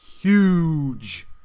huge